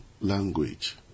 language